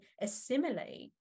assimilate